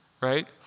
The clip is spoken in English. right